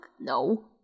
No